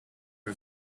are